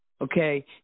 okay